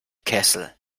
kessel